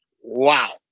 wow